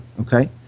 Okay